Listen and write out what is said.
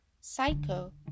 psycho